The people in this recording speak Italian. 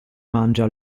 mangia